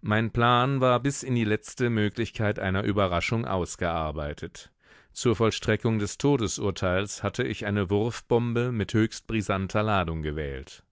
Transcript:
mein plan war bis in die letzte möglichkeit einer überraschung ausgearbeitet zur vollstreckung des todesurteils hatte ich eine wurfbombe mit höchst brisanter ladung gewählt